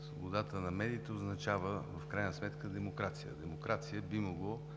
Свободата на медиите означава в крайна сметка демокрация. Демокрация –